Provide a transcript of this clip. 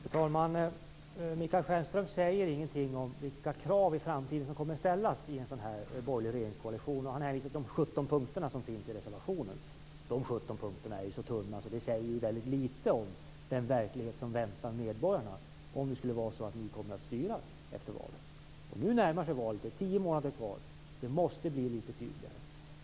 Fru talman! Michael Stjernström säger ingenting om vilka krav som kommer att ställas i en framtida borgerlig regeringskoalition. Han hänvisar till de 17 punkter som finns i reservationen. De 17 punkterna är så tunna att de säger väldigt litet om den verklighet som väntar medborgarna om ni skulle komma att styra efter valet. Nu närmar sig valet. Det är tio månader kvar. Det måste bli litet tydligare.